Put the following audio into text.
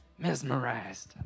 Mesmerized